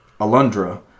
Alundra